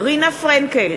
רינה פרנקל,